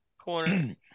corner